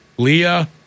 Leah